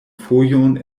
fojon